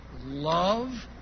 love